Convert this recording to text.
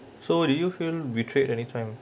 so do you feel betrayed anytime